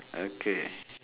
okay